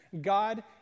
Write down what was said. God